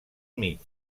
mig